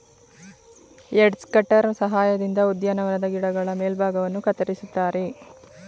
edge cutter ಸಹಾಯದಿಂದ ಉದ್ಯಾನವನದ ಗಿಡಗಳ ಮೇಲ್ಭಾಗವನ್ನು ಕತ್ತರಿಸುತ್ತಾರೆ